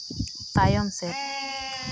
ᱛᱟᱭᱚᱢ ᱥᱮᱫ